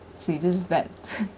see that's bad